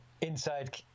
inside –